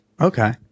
Okay